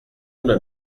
una